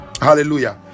hallelujah